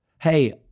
Hey